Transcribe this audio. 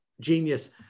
genius